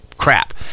crap